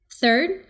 Third